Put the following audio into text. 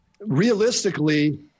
realistically